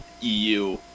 EU